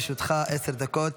בבקשה, לרשותך עשר דקות.